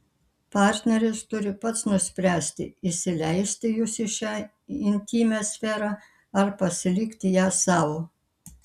partneris turi pats nuspręsti įsileisti jus į šią intymią sferą ar pasilikti ją sau